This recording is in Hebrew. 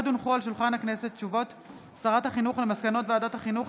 הודעות שרת החינוך על מסקנות ועדת החינוך,